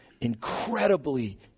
incredibly